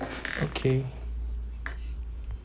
okay